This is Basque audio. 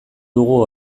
dugu